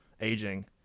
aging